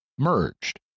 merged